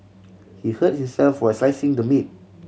he hurt himself while slicing the meat